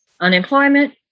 unemployment